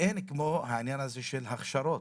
ואין כמו העניין הזה של הכשרות,